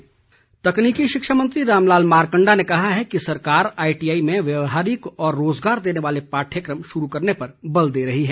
मारकण्डा तकनीकी शिक्षा मंत्री रामलाल मारकण्डा ने कहा है कि सरकार आईटीआई में व्यवहारिक व रोजगार देने वाले पाठ्यक्रम शुरू करने पर बल दे रही है